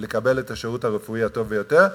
ולקבל את השירות הרפואי הטוב ביותר,